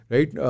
Right